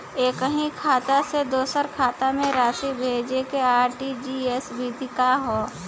एकह खाता से दूसर खाता में राशि भेजेके आर.टी.जी.एस विधि का ह?